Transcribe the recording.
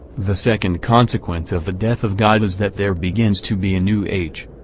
the second consequence of the death of god is that there begins to be a new age.